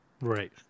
right